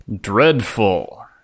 Dreadful